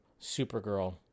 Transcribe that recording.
Supergirl